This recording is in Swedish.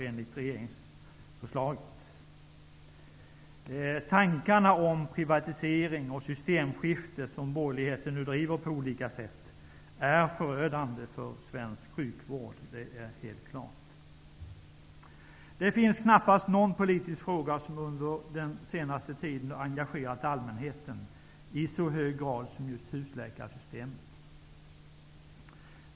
Det är helt klart att tankarna om privatisering och systemskifte, som borgerligheten nu driver på olika sätt, är förödande för svensk sjukvård. Det finns knappast någon politisk fråga som under den senaste tiden har engagerat allmänheten i så hög grad som just husläkarsystemet.